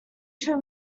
true